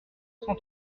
cent